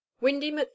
Windy